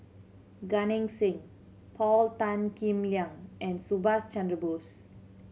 Gan Eng Seng Paul Tan Kim Liang and Subhas Chandra Bose